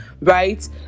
right